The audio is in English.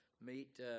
meet